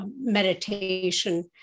meditation